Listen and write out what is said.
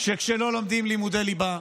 שכשלא לומדים לימודי ליבה,